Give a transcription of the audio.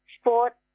sport